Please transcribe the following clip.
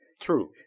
True